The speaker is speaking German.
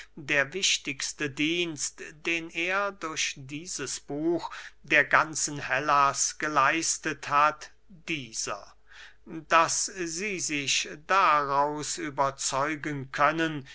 der wichtigste dienst den er durch dieses buch der ganzen hellas geleistet hat dieser daß sie sich daraus überzeugen können